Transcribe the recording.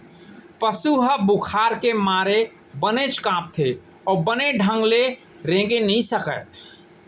पसु ह बुखार के मारे बनेच कांपथे अउ बने ढंग ले रेंगे नइ सकय